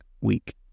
week